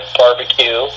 barbecue